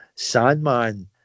Sandman